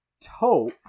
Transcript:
taupe